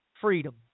Freedom